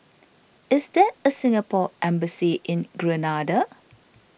is there a Singapore Embassy in Grenada